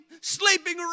sleeping